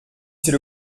c’est